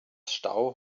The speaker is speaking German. stau